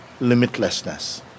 limitlessness